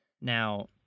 Now